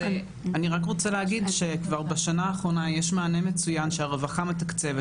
אני רק רוצה להגיד שכבר בשנה האחרונה יש מענה מצוין שהרווחה מתקצבת.